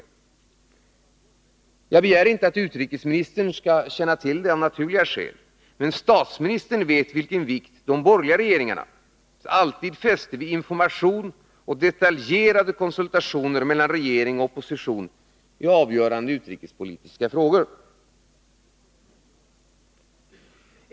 Jag begär, av naturliga skäl, inte att utrikesministern skall känna till det, men statsministern vet vilken vikt de borgerliga regeringarna alltid fäste vid information och detaljerade konsultationer mellan regering och opposition i avgörande utrikespolitiska frågor.